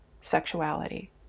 sexuality